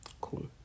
Cool